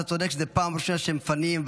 אתה צודק שזאת הפעם הראשונה שהם מפנים,